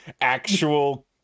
actual